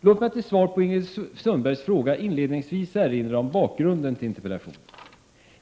Låt mig till svar på Ingrid Sundbergs fråga inledningsvis erinra om bakgrunden till interpellationen.